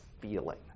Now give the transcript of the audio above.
feeling